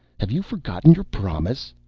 have you forgotten your promise?